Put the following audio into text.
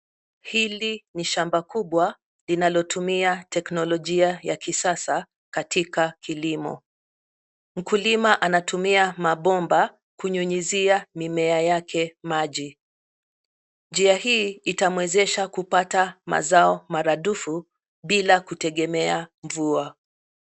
Hili ni shamba kubwa linalotumia teknolojia ya kisasa katika kilimo. Mkulima anatumia mabomba kunyunyizia mimea yake maji. Njia hii itamuwezesha kupata mazao mara dufu bila kutegemea mvua.